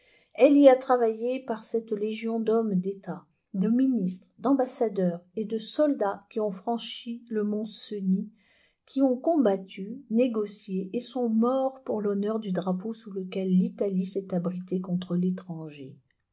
elle y a travaillé par cette légion d'hommes d'etat de ministres d'ambassadeurs et de soldats qui ont franchi le mont ccnis qui ont combattu négocié et sont morts pour l'honneur du drapeau sous lequel l'italie s'est abritée contre l'étranger